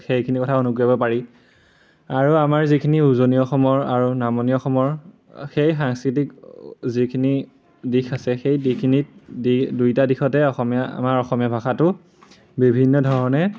সেইখিনি কথা উনুকিয়াব পাৰি আৰু আমাৰ যিখিনি উজনি অসমৰ আৰু নামনি অসমৰ সেই সাংস্কৃতিক যিখিনি দিশ আছে সেই দিশখিনিত দুইটা দিশতে অসমীয়া আমাৰ অসমীয়া ভাষাটো বিভিন্ন ধৰণে